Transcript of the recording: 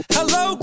Hello